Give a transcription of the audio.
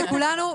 תודה רבה לכולנו,